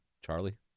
Charlie